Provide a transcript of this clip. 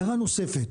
הערה נוספת,